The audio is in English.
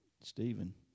Stephen